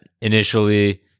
initially